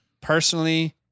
personally